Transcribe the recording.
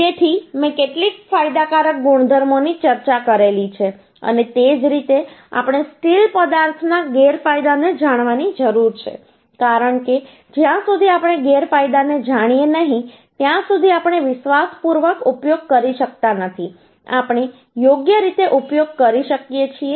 તેથી મેં કેટલીક ફાયદાકારક ગુણધર્મો ની ચર્ચા કરેલી છે અને તે જ રીતે આપણે સ્ટીલ પદાર્થના ગેરફાયદાને જાણવાની જરૂર છે કારણ કે જ્યાં સુધી આપણે ગેરફાયદાને જાણીએ નહીં ત્યાં સુધી આપણે વિશ્વાસપૂર્વક ઉપયોગ કરી શકતા નથી આપણે યોગ્ય રીતે ઉપયોગ કરી શકીએ છીએ